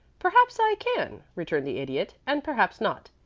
perhaps i can, returned the idiot and perhaps not.